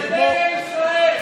זה דגל ישראל.